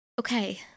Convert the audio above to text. Okay